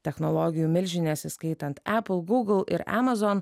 technologijų milžinės įskaitant apple google ir amazon